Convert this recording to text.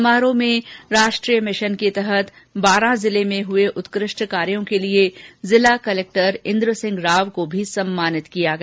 समारोह में राष्ट्रीय मिशन के तहत बारां जिले में हुए उत्कृष्ट कार्यों के लिए जिला कलेक्टर इन्द्रसिंह राव को भी सम्मानित किया गया